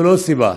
ללא סיבה.